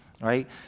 right